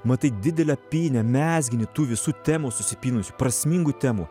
matai didelę pynę mezginį tų visų temų susipynusių prasmingų temų